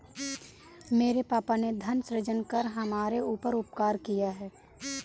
मेरे पापा ने धन सृजन कर हमारे ऊपर उपकार किया है